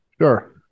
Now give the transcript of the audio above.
Sure